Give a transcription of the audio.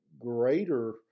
greater